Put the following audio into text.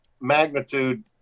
magnitude